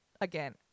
Again